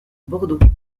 bordeaux